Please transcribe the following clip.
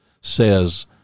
says